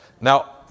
Now